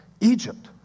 Egypt